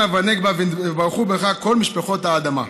ונגבה ונברכו בך כל משפחֹת האדמה".